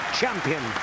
champion